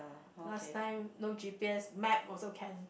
last time no G_P_S map also can